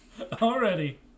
already